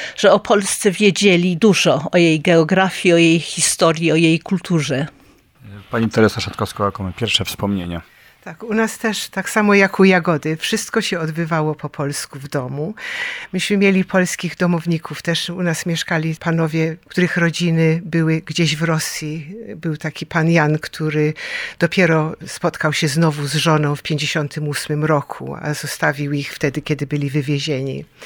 że o Polsce wiedzieli dużo, o jej geografii, o jej historii, o jej kulturze. Pani Teresa Szatkowska, jakie pierwsze wspomnienie? Tak, u nas też, tak samo jak u Jagody, wszystko się odbywało po polsku w domu. Myśmy mieli polskich domowników, też u nas mieszkali panowie, których rodziny były gdzieś w Rosji. Był taki pan Jan, który dopiero spotkał się znowu z żoną w 58 roku, a zostawił ich wtedy, kiedy byli wywiezieni.